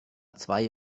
zwei